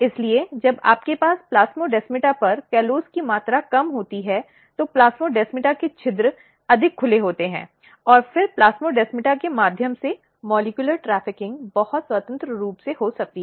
इसलिए जब आपके पास प्लास्मोडेमाटा पर कॉलोस की मात्रा कम होती है तो प्लाज़मोडेसमाटा के छिद्र अधिक खुले होते हैं और फिर प्लाज़मोडासमाटा के माध्यम से मॉलिक्यूलर ट्रैफिकिंग बहुत स्वतंत्र रूप से हो सकती है